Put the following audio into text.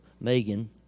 Megan